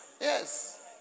Yes